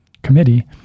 Committee